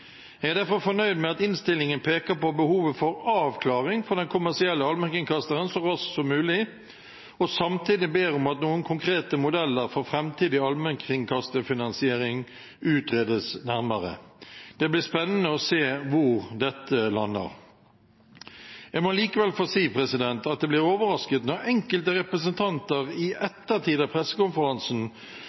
Jeg er derfor fornøyd med at innstillingen peker på behovet for avklaring for den kommersielle allmennkringkasteren så raskt som mulig, og samtidig ber om at noen konkrete modeller for framtidig allmennkringkasterfinansiering utredes nærmere. Det blir spennende å se hvor dette lander. Jeg må likevel få si at jeg blir overrasket når enkelte representanter i ettertid av pressekonferansen